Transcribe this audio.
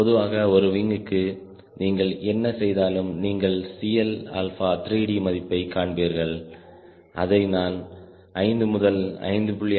பொதுவாக ஒரு விங்க்கு நீங்கள் என்ன செய்தாலும் நீங்கள் Cl3d மதிப்பை காண்பீர்கள் அதை நான் 5 முதல் 5